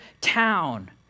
town